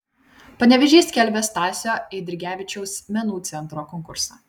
panevėžys skelbia stasio eidrigevičiaus menų centro konkursą